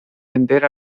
vender